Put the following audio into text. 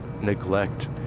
neglect